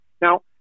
Now